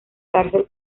cárcel